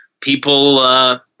people